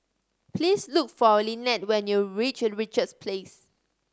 please look for Lynette when you reach Richards Place